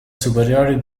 superiori